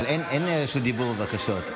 אבל אין רשות דיבור ובקשות.